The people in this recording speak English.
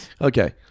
Okay